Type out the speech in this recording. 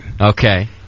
Okay